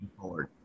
forward